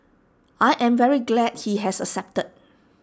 I am very glad he has accepted